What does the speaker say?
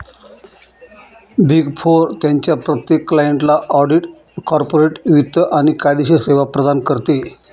big four त्यांच्या प्रत्येक क्लायंटला ऑडिट, कॉर्पोरेट वित्त आणि कायदेशीर सेवा प्रदान करते